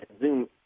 zoom